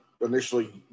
initially